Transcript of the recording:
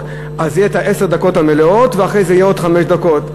אז יהיה את עשר הדקות המלאות ואחרי זה יהיו עוד חמש דקות.